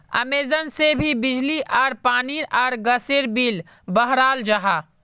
Amazon Pay से बिजली आर पानी आर गसेर बिल बहराल जाहा